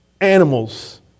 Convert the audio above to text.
animals